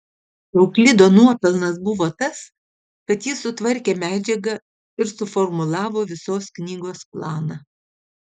euklido nuopelnas buvo tas kad jis sutvarkė medžiagą ir suformulavo visos knygos planą